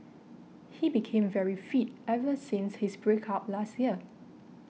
he became very fit ever since his break up last year